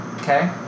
Okay